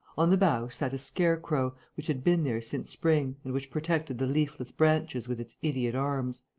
on the bough sat a scarecrow, which had been there since spring and which protected the leafless branches with its idiot arms.